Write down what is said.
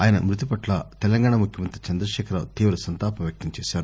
ఆయన మ్బతిపట్ల తెలంగాణ ముఖ్యమంతి చందకేఖర్రావు తీవ సంతాపం వ్యక్తం చేశారు